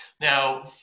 Now